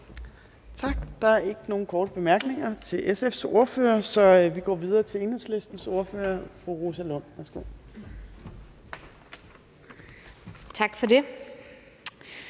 Tak. Der er ikke nogen korte bemærkninger til SF's ordfører, så vi går videre til Enhedslistens ordfører, fru Rosa Lund. Værsgo. Kl.